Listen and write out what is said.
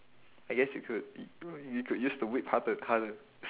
I guess you could yo~ you you could use the whip ho~ to h~ to